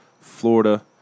Florida